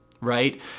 right